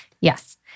Yes